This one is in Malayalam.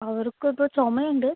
അവർക്ക് ഇപ്പോൾ ചുമ ഉണ്ട്